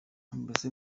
mbese